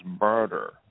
murder